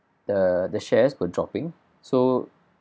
the the shares were dropping so